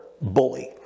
bully